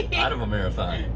yeah out of a marathon!